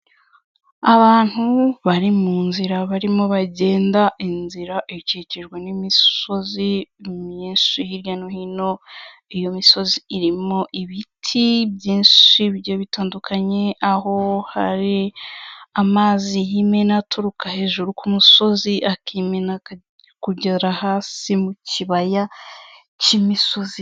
Abantu bari mu nzira barimo bagenda inzira ikikijwe n'imisozi myinshi hirya no hino, iyo misozi irimo ibiti byinshi bigiye bitandukanye aho hari amazi y'imena aturuka hejuru ku musozi akimena kugera hasi mu kibaya k'imisozi.